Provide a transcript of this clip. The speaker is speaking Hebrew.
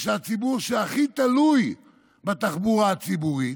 ושהכי תלוי בתחבורה הציבורית,